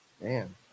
man